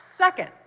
Second